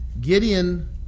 Gideon